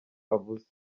avuze